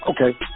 okay